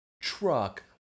truck